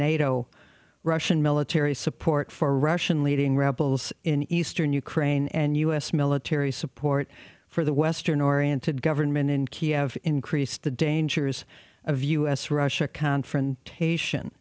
nato russian military support for russian leading rebels in eastern ukraine and u s military support for the western oriented government in kiev increased the dangers of u s russia confrontation